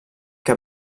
que